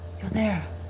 you're there.